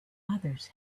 others